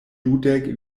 dudek